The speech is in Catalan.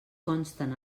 consten